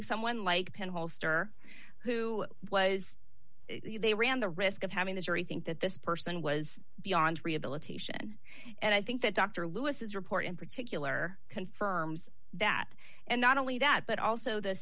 someone like ken holster who was they ran the risk of having the jury think that this person was beyond rehabilitation and i think that dr lewis is report in particular confirms that and not only that but also the